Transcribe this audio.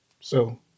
So-